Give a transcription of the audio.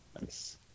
Nice